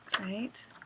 right